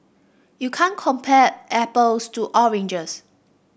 you can't compare apples to oranges